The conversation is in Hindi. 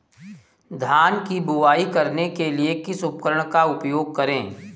धान की बुवाई करने के लिए किस उपकरण का उपयोग करें?